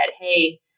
Hey